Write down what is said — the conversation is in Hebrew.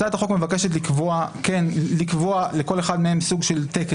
הצעת החוק מבקשת לקבוע לכל אחד מהם "סוג של תקן",